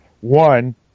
one